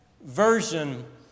version